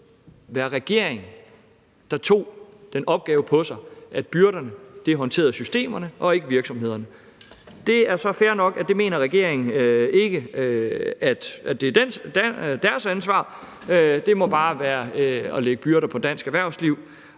Det er så fair nok, at regeringen ikke mener, det er dens ansvar; det må bare være at lægge byrder på dansk erhvervsliv.